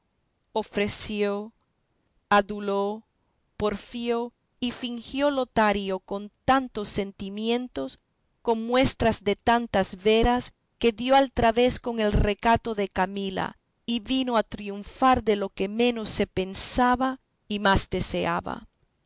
ofreció aduló porfió y fingió lotario con tantos sentimientos con muestras de tantas veras que dio al través con el recato de camila y vino a triunfar de lo que menos se pensaba y más deseaba